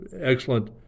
excellent